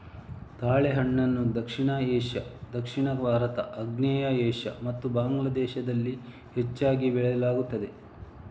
ತಾಳೆಹಣ್ಣನ್ನು ದಕ್ಷಿಣ ಏಷ್ಯಾ, ದಕ್ಷಿಣ ಭಾರತ, ಆಗ್ನೇಯ ಏಷ್ಯಾ ಮತ್ತು ಬಾಂಗ್ಲಾ ದೇಶದಲ್ಲಿ ಹೆಚ್ಚಾಗಿ ಬೆಳೆಯಲಾಗುತ್ತದೆ